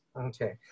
Okay